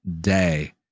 day